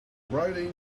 writing